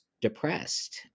depressed